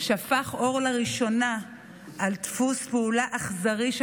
שפך אור לראשונה על דפוס פעולה אכזרי של